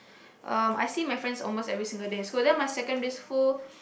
um I see my friends almost every single day in school then my secondary school